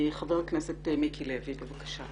חבר הכנסת מיקי לוי, בבקשה.